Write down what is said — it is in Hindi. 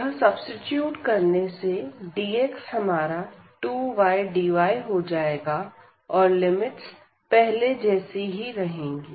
यह सब्सीट्यूट करने से dx हमारा 2y dy हो जाएगा और लिमिट्स पहले जैसी ही रहेंगी